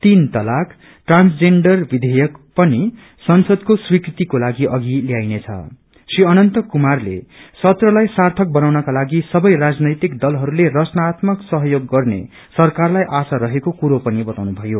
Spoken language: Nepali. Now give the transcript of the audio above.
तीन तलाक ट्रांसजेंडर विधेयक पनि संसदको स्वीकृति को लिाग अवि ल्याइनेछं री अनन्त कुमारले सत्रलाई सार्यक बनाउनको लागि सबै राजनैतिक दलहरूले रचनात्मक सहयोग गर्ने सरकारलाइ आशा रहेको कुरो पनि बताउनुभयो